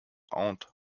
aunt